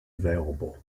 available